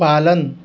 पालन